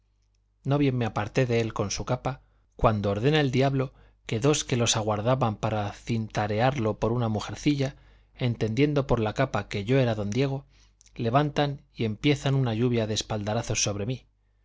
no bien me aparté de él con su capa cuando ordena el diablo que dos que lo aguardaban para cintarearlo por una mujercilla entendiendo por la capa que yo era don diego levantan y empiezan una lluvia de espaldarazos sobre mí